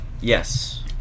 Yes